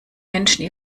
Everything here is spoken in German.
menschen